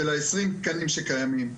של העשרים תקנים שקיימים.